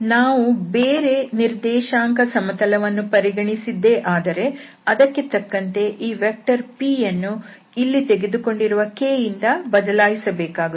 ನಾವು ಬೇರೆ ನಿರ್ದೇಶಾಂಕ ಸಮತಲವನ್ನು ಪರಿಗಣಿಸಿದ್ದೇ ಆದರೆ ಅದಕ್ಕೆ ತಕ್ಕಂತೆ ಈ ವೆಕ್ಟರ್ p ಯನ್ನು ಇಲ್ಲಿ ತೆಗೆದುಕೊಂಡಿರುವ k ಇಂದ ಬದಲಾಯಿಸಬೇಕಾಗುತ್ತದೆ